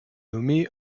nommée